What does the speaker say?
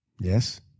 Yes